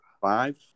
Five